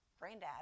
granddad